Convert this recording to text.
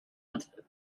aunt